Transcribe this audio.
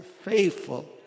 faithful